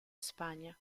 españa